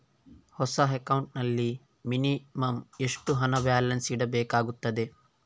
ಹೊಸ ಅಕೌಂಟ್ ನಲ್ಲಿ ಮಿನಿಮಂ ಎಷ್ಟು ಹಣ ಬ್ಯಾಲೆನ್ಸ್ ಇಡಬೇಕಾಗುತ್ತದೆ?